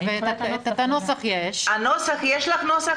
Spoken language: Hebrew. יש לך נוסח